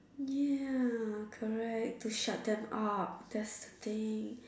ya correct to shut them up that's the thing